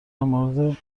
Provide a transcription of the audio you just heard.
مورد